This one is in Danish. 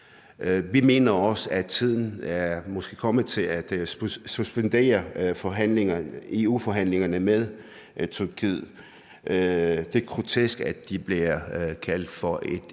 Vi mener også, at tiden måske er kommet til at suspendere EU-forhandlingerne med Tyrkiet. Det er grotesk, at de bliver kaldt for et EU-kandidatland.